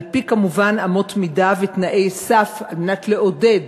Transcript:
כמובן על-פי אמות מידה ותנאי סף, כדי לעודד